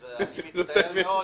אז אני מצטער מאוד.